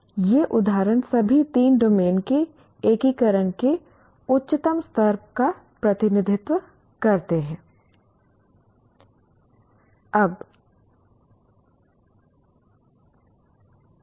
तो ये उदाहरण सभी तीन डोमेन के एकीकरण के उच्चतम स्तर का प्रतिनिधित्व करते हैं